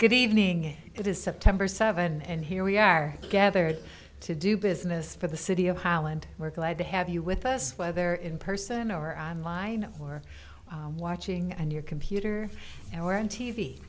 good evening it is september seven and here we are gathered to do business for the city of holland we're glad to have you with us whether in person or on line or watching on your computer or on t